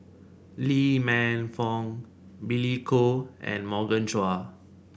Lee Man Fong Billy Koh and Morgan Chua